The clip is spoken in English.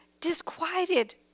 disquieted